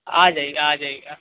आ जाइएगा आ जाइएगा